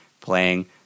playing